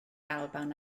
alban